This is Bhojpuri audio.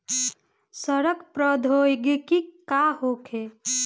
सड़न प्रधौगकी का होखे?